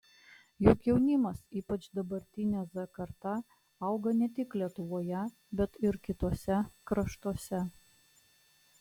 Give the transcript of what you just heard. juk jaunimas ypač dabartinė z karta auga ne tik lietuvoje bet ir kituose kraštuose